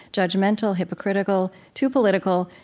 judgmental, hypocritical, too political,